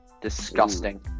Disgusting